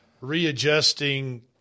readjusting